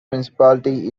municipality